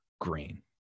green